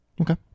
Okay